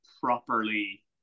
properly